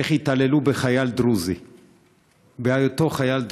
איך התעללו בחייל דרוזי,